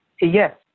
Yes